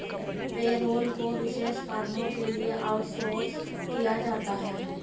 payroll को विशेष फर्मों के लिए आउटसोर्स किया जाता है